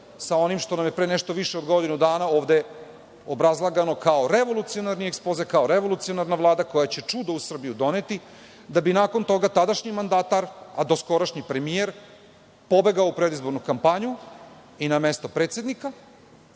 sa onim što nam je pre nešto više od godinu dana ovde obrazlagano kao revolucionarni ekspoze, kao revolucionarna Vlada koja će čudo u Srbiju doneti, da bi nakon toga tadašnji mandatar, a doskorašnji premijer pobegao u predizbornu kampanju i na mesto predsednika,